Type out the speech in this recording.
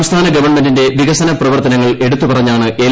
സംസ്ഥാന ഗവണ്മെന്റിന്റെ വികസന പ്രവർത്തനങ്ങൾ എടുത്തു പറഞ്ഞാണ് എൽ